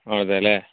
അതേ അല്ലേ